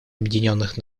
объединенных